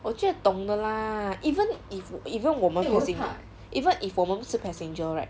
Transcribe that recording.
我觉得懂的 lah even if even 我们 passen~ even if 我们不是 passenger right